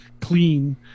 clean